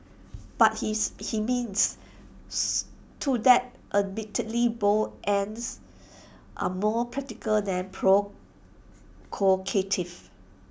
but his he means to that admittedly bold ends are more practical than pro call